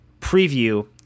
preview